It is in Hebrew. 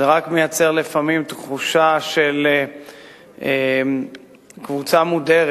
זה רק מייצר לפעמים תחושה של קבוצה מודרת,